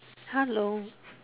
hello